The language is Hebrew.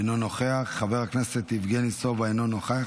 אינו נוכח, חבר הכנסת יבגני סובה, אינו נוכח.